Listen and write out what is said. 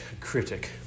critic